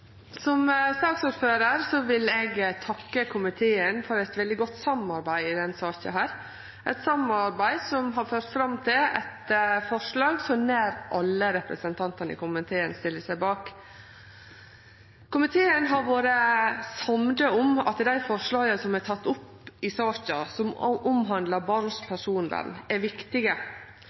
Som saksordførar vil eg takke komiteen for eit veldig godt samarbeid i denne saka, eit samarbeid som har ført fram til eit forslag som nær alle representantane i komiteen stiller seg bak. Komiteen har vore samd om at dei forslaga som er tekne opp i saka, som omhandlar personvernet til barn, er viktige.